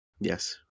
Yes